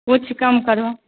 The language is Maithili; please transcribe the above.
किछु कम करहो